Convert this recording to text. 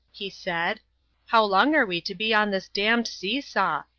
he said how long are we to be on this damned seesaw?